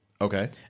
Okay